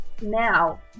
now